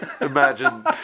imagine